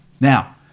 Now